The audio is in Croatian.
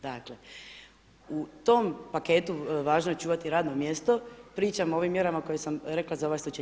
Dakle u tom paketu „Važno je očuvati radno mjesto“, pričam o ovim mjerama koje sam rekla za ovaj slučaj.